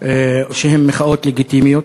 שהן מחאות לגיטימיות,